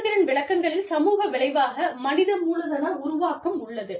செயல்திறன் விளக்கங்களின் சமூக விளைவாக மனித மூலதன உருவாக்கம் உள்ளது